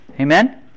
Amen